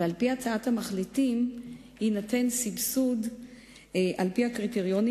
ועל-פי הצעת המחליטים יינתן סבסוד על-פי הקריטריונים